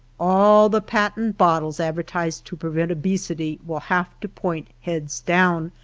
all the patent bottles ad vertised to prevent obesity will have to point heads down,